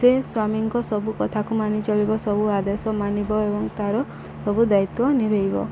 ସେ ସ୍ୱାମୀଙ୍କ ସବୁ କଥାକୁ ମାନିଚଳିବ ସବୁ ଆଦେଶ ମାନିବ ଏବଂ ତାର ସବୁ ଦାୟିତ୍ୱ ନିଭେଇବ